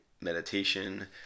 meditation